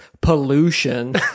Pollution